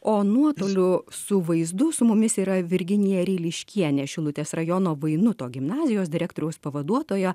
o nuotoliu su vaizdų su mumis yra virginija ryliškienė šilutės rajono vainuto gimnazijos direktoriaus pavaduotojo